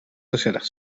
gezellig